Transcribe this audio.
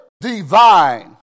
divine